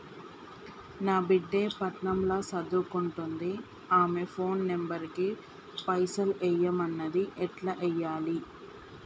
నా బిడ్డే పట్నం ల సదువుకుంటుంది ఆమె ఫోన్ నంబర్ కి పైసల్ ఎయ్యమన్నది ఎట్ల ఎయ్యాలి?